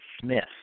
Smith